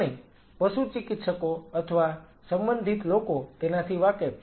અને પશુચિકિત્સકો અથવા સંબંધિત લોકો તેનાથી વાકેફ છે